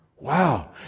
Wow